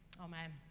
Amen